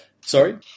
Sorry